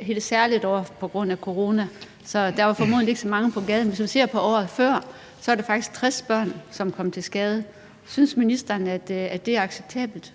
helt særligt år på grund af corona, så der var formodentlig ikke så mange på gaden. Hvis man ser på året før, så var der faktisk 60 børn, som kom til skade. Synes ministeren, at det er acceptabelt?